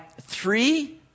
three